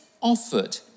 offered